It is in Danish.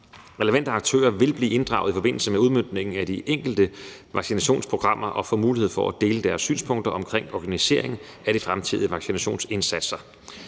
Relevante aktører vil blive inddraget i forbindelse med udmøntningen af de enkelte vaccinationsprogrammer og få mulighed for at dele deres synspunkter om organiseringen af de fremtidige vaccinationsindsatser.